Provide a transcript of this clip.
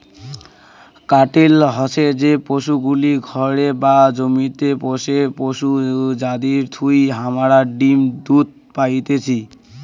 কাটেল হসে যে পশুগুলি ঘরে বা জমিতে পোষ্য পশু যাদির থুই হামারা ডিম দুধ পাইতেছি